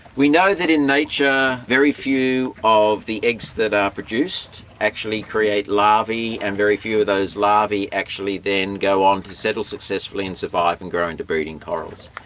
we know that in nature very few of the eggs that are produced actually create larvae, and very few of those larvae actually then go on to settle successfully and survive and grow into breeding corals.